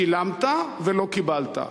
שילמת ולא קיבלת.